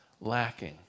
lacking